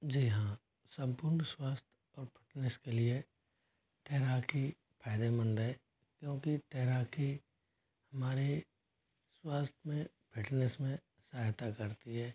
जी हाँ संपूर्ण स्वास्थ्य और फिटनेस के लिए तैराकी फायदेमंद है क्योंकि तैराकी हमारे स्वास्थ्य में फिटनेस में सहायता करती है